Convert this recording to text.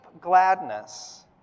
gladness